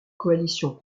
coalition